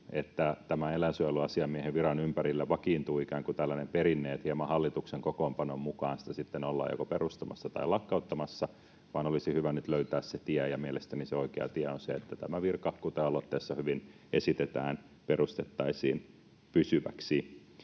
että tämän eläinsuojeluasiamiehen viran ympärillä vakiintuu ikään kuin tällainen perinne, että hieman hallituksen kokoonpanon mukaan sitä sitten ollaan joko perustamassa tai lakkauttamassa, vaan olisi hyvä nyt löytää se tie, ja mielestäni se oikea tie on se, että tämä virka, kuten aloitteessa hyvin esitetään, perustettaisiin pysyväksi.